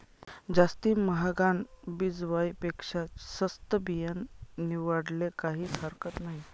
जास्ती म्हागानं बिजवाई पेक्शा सस्तं बियानं निवाडाले काहीज हरकत नही